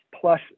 Plus